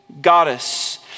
goddess